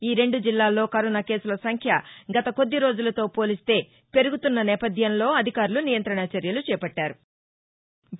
ఈరెండు జిల్లాలో కరోనా కేసుల సంఖ్య గత కొద్ది రోజులతో పోలిస్తే పెరుగుతున్న నేపథ్యంలో అధికారులు నియంతణ చర్యలు చేపట్టారు